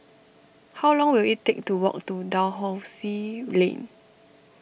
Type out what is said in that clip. how long will it take to walk to Dalhousie Lane